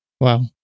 Wow